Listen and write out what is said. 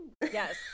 Yes